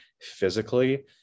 physically